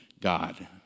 God